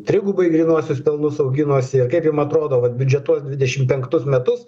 trigubai grynuosius pelnus auginosi ir kaip jum atrodo vat biudžetuose dvidešim pektus metus